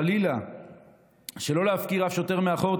חלילה שלא להפקיר אף שוטר מאחור,